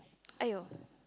!aiyo!